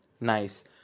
nice